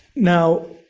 now,